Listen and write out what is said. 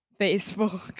facebook